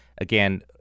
again